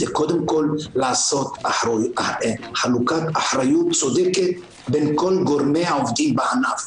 זה קודם כל לעשות חלוקת אחריות צודקת בין כל גורמי העובדים בענף.